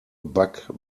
bug